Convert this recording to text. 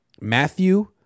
Matthew